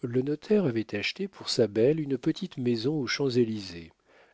le notaire avait acheté pour sa belle une petite maison aux champs-élysées